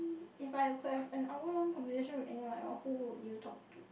if I have could have an hour long conversation with anyone who would you talk to